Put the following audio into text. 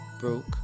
broke